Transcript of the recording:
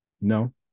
No